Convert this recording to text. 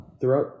throughout